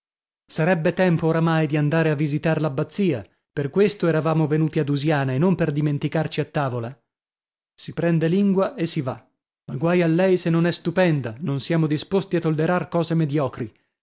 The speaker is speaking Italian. sarebbe tempo oramai di andare a visitar l'abbazia per questo eravamo venuti a dusiana e non per dimenticarci a tavola si prende lingua e si va ma guai a lei se non è stupenda non siamo disposti a tollerar cose mediocri